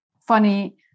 funny